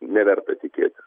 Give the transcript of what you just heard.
neverta tikėtis